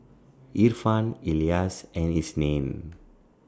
Irfan Elyas and Isnin